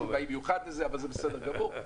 במיוחד לזה, אבל זה בסדר גמור.